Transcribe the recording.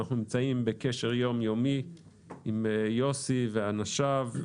אנחנו נמצאים בקשר יום-יומי עם יוסי פתאל ואנשיו,